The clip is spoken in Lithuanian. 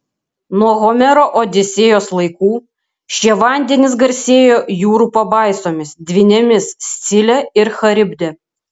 nuo homero odisėjos laikų šie vandenys garsėjo jūrų pabaisomis dvynėmis scile ir charibde